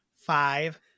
five